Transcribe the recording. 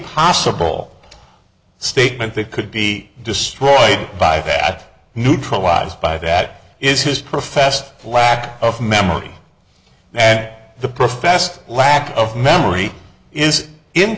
possible statement that could be destroyed by that neutralized by that is his professed lack of memory and the professed lack of memory is in